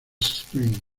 springs